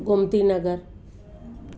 Gomti Nagar